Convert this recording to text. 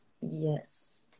Yes